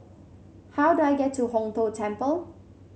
how do I get to Hong Tho Temple